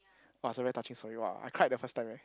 !wah! is a very touching story !wah! I cried the first time leh